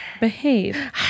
Behave